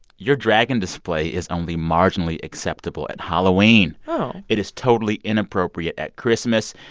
your dragon display is only marginally acceptable at halloween oh it is totally inappropriate at christmas.